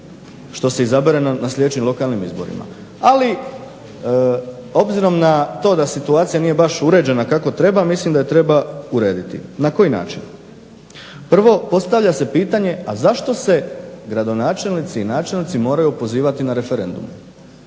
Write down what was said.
što se izabere na sljedećim lokalnim izborima. Ali obzirom na to da situacija nije baš uređena kako treba mislim da je treba urediti. Na koji način? Prvo, postavlja se pitanje zašto se gradonačelnici i načelnici moraju opozivati na referendumu.